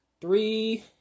three